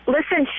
Listen